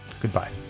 goodbye